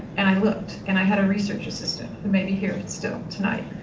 and i looked, and i had a research assistant, who may be here still tonight,